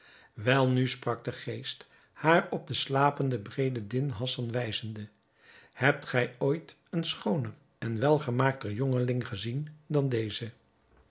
welnu sprak de geest haar op den slapenden bedreddin hassan wijzende hebt gij ooit een schooner en welgemaakter jongeling gezien dan deze